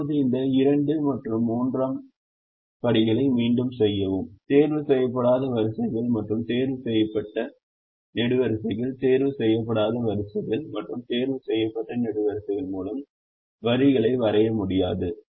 இப்போது இந்த 2 மற்றும் 3 ஆம் படிகளை மீண்டும் செய்யவும் தேர்வு செய்யப்படாத வரிசைகள் மற்றும் தேர்வுசெய்யப்பட்ட நெடுவரிசைகள் தேர்வு செய்யப்படாத வரிசைகள் மற்றும் தேர்வு செய்யப்பட்ட நெடுவரிசைகள் மூலம் வரிகளை வரைய முடியாது